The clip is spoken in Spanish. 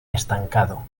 estancado